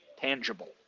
tangible